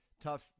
Tough